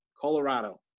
Colorado